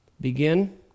begin